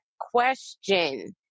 question